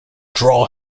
draw